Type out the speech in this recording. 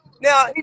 Now